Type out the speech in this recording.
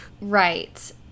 Right